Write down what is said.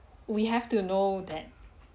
we have to know that